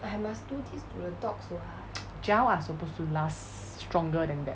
gel are supposed to last stronger than that